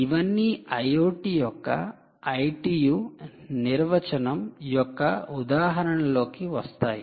ఇవన్నీ IoT యొక్క ITU నిర్వచనం యొక్క ఉదాహరణలోకి వస్తాయి